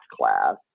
class